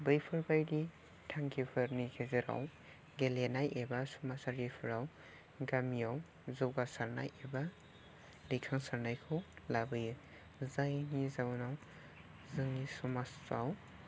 बैफोरबायदि थांखिफोरनि गेजेराव गेलेनाय एबा समाजारिफ्राव गामियाव जौगासारनाय एबा दैखांसारनायखौ लाबोयो जायनि जाउनाव जोंनि समाजाव